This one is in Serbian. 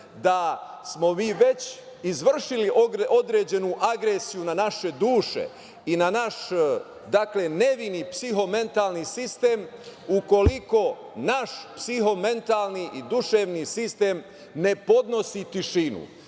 da smo mi već izvršili određenu agresiju na naše duše i naš dakle nevini psihomentalni sistem ukoliko naš psihomentalni i duševni sistem ne podnosi tišinu. Dakle,